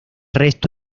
resto